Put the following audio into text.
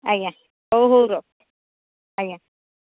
ଆଜ୍ଞା ହଉ ହଉ ରଖ ଆଜ୍ଞା